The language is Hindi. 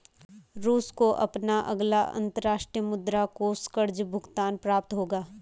रूस को अपना अगला अंतर्राष्ट्रीय मुद्रा कोष कर्ज़ भुगतान प्राप्त होगा